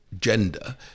gender